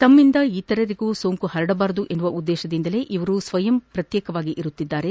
ತಮ್ಮಿಂದ ಇತರರಿಗೂ ಸೋಂಕು ಹರಡಬಾರದು ಎನ್ನುವ ಉದ್ದೇತದಿಂದ ಇವರು ಸ್ವಯಂ ಪ್ರತ್ಯೇಕವಾಗಿ ಇರುತ್ತಿದ್ದಾರೆ